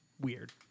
weird